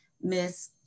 Miss